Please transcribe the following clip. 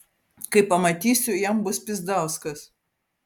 kai pamatysiu jam bus pyzdauskas